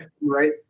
right